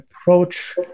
approach